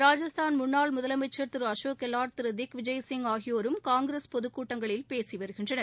ராஜஸ்தான் முன்னாள் முதலமைச்சர் திரு அசோக் கெலாட் திரு திக் விஜய் சிங் ஆகியோரும் காங்கிரஸ் பொதுக்கூட்டங்களில் பேசி வருகின்றனர்